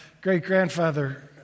great-grandfather